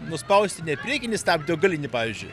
nuspausti ne priekinį stabdį o galinį pavyzdžiui